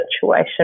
situation